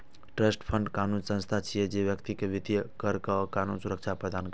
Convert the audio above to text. trust fund कानूनी संस्था छियै, जे व्यक्ति कें वित्तीय, कर आ कानूनी सुरक्षा प्रदान करै छै